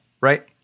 right